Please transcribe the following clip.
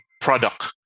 product